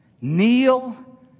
kneel